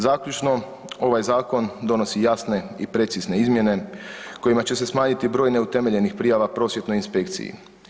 Zaključno ovaj zakon donosi jasne i precizne izmjene kojima će se smanjiti broj neutemeljenih prijava Prosvjetnoj inspekciji.